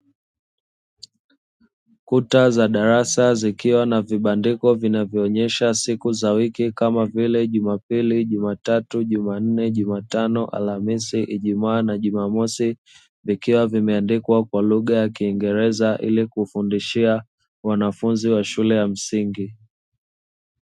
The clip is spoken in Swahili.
Kuta za darasa zikiwa na vibandiko vinavyoonyesha siku za wiki, kama vile: jumapili, jumatatu, jumanne, jumatano, alhamisi, ijumaa na jumamosi; vikiwa vimeandikwa kwa lugha ya kiingereza ili kufundishia wanafunzi wa shule ya msingi.